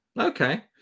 Okay